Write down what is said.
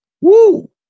Woo